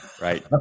right